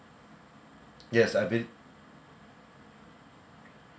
yes I bel~